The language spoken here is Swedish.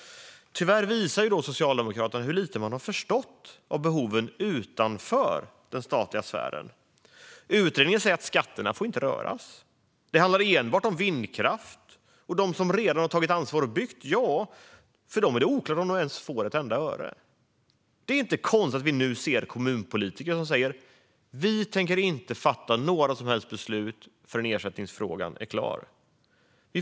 Tyvärr visar Socialdemokraterna hur lite de har förstått av behoven utanför den statliga sfären. Utredningen säger att skatterna inte får röras. Det handlar enbart om vindkraft, och för dem som redan har tagit ansvar och byggt är det oklart om de ens får ett enda öre. Det är inte konstigt att vi nu hör kommunpolitiker säga att de inte tänker fatta några som helst beslut förrän ersättningsfrågan är klar.